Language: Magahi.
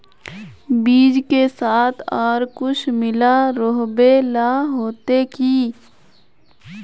बीज के साथ आर कुछ मिला रोहबे ला होते की?